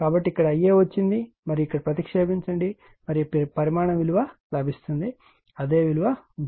కాబట్టి ఇక్కడ Ia వచ్చింది మరియు ఇక్కడ ప్రతిక్షేపించండి మరియు పరిమాణం విలువ లభిస్తుంది అదే విలువ ఉంటుంది